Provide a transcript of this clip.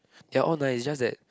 they are all nice it's just that